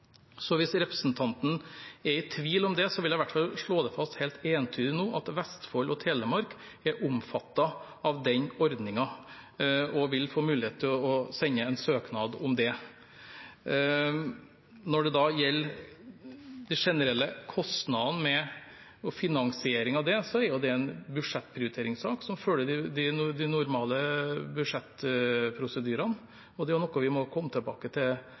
Så hvis representanten er i tvil om det, vil jeg i hvert fall slå fast helt entydig nå at Vestfold og Telemark er omfattet av den ordningen og vil få mulighet til å sende en søknad om det. Når det gjelder de generelle kostnadene med finansiering av det, er det en budsjettprioriteringssak som følger de normale budsjettprosedyrene. Det er noe vi må komme tilbake til